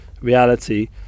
reality